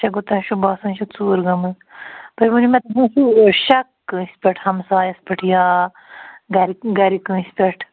اَچھا گوٚو تۄہہِ چھُو باسان یہِ چھِ ژوٗر گٲمٕژ تُہۍ ؤنِو مےٚ تُہۍ ما چھُو شَک کٲنٛسہِ پٮ۪ٹھ ہَمسایَس پٮ۪ٹھ یا گَرِ گَرِ کٲنٛسہِ پٮ۪ٹھ